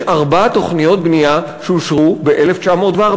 יש ארבע תוכניות בנייה שאושרו ב-1914.